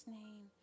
name